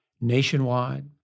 Nationwide